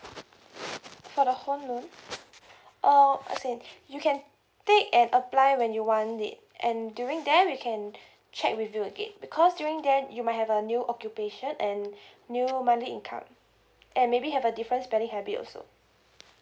for the home loan oh okay you can take and apply when you want it and during then we can check with you again because during then you might have a new occupation and new monthly income and maybe have a different spending habit also